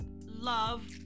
love